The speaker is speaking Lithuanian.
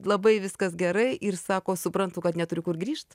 labai viskas gerai ir sako suprantu kad neturiu kur grįžt